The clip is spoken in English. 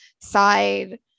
side